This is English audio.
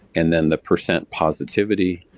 and then the percent positivity,